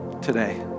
today